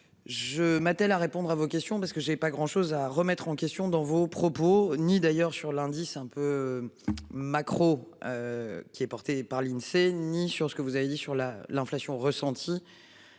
Je m'attelle arrête. Répondre à vos questions, parce que j'ai pas grand chose à remettre en question dans vos propos ni d'ailleurs sur l'indice un peu. Maquereau. Qui est porté par l'Insee ni sur ce que vous avez dit sur la l'inflation ressentie.